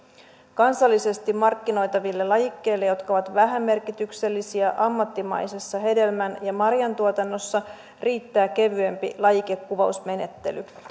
kansallisesti markkinoitaville lajikkeille jotka ovat vähämerkityksellisiä ammattimaisessa hedelmän ja marjantuotannossa riittää kevyempi lajikekuvausmenettely